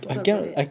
I forgot about that